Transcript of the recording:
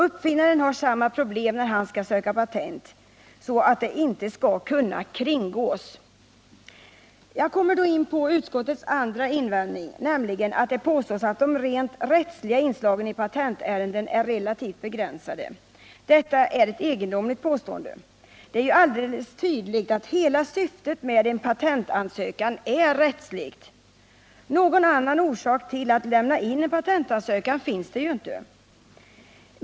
Uppfinnaren har samma problem, när han skall söka patent — att formulera sig så att det inte skall kunna kringgås. Jag kommer då in på utskottets andra invändning, nämligen att det påstås att de rent rättsliga inslagen i patentärenden är relativt begränsade. Detta är ett egendomligt påstående. Det är ju alldeles tydligt att hela syftet med en patentansökan är rättsligt. Någon annan orsak till att lämna in en patentansökan finns det inte.